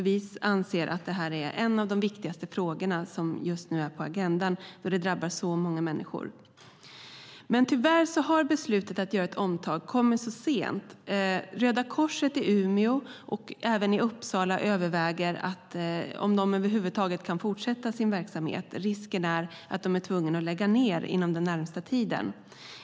Vi anser att detta är en av de viktigaste frågorna på agendan just nu, för den drabbar många människor. Tyvärr har beslutet att göra ett omtag kommit för sent. Röda Korset i Umeå och i Uppsala överväger om de över huvud taget kan fortsätta sin verksamhet. Risken är att de är tvungna att lägga ned inom den närmaste tiden.